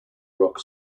rock